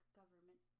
government